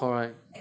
correct